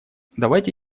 давайте